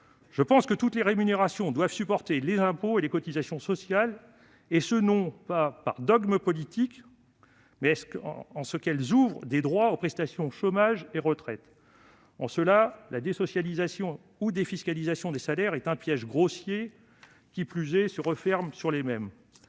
j'estime que toutes les rémunérations doivent supporter les impôts et les cotisations sociales, non par dogme politique, mais parce que ces dernières ouvrent des droits aux prestations chômage et retraite. En cela, la désocialisation ou défiscalisation des salaires est un piège grossier, qui, de surcroît, se referme toujours sur les mêmes.